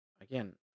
again